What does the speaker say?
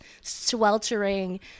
sweltering